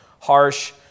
Harsh